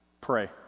pray